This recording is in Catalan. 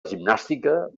gimnàstica